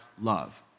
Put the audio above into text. love